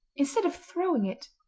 instead of throwing it,